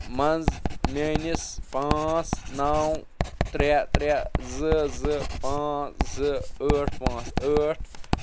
منٛز میٲنِس پانژھ نو ترےٚ ترےٚ زٕ زٕ پانژھ زٕ ٲٹھ پانژھ ٲٹھ